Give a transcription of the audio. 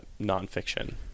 nonfiction